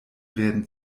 werden